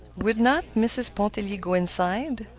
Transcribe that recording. would not mrs. pontellier go inside?